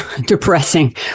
depressing